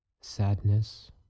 sadness